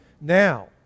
now